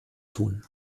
tun